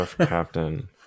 captain